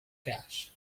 cash